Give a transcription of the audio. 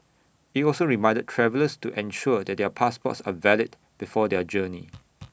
IT also reminded travellers to ensure that their passports are valid before their journey